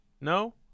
No